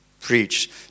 preach